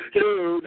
two